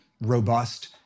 robust